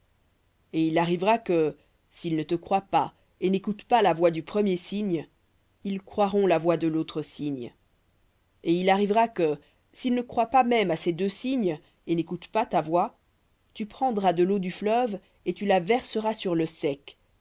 et il arrivera que s'ils ne te croient pas et n'écoutent pas la voix du premier signe ils croiront la voix de l'autre signe et il arrivera que s'ils ne croient pas même à ces deux signes et n'écoutent pas ta voix tu prendras de l'eau du fleuve et tu la verseras sur le sec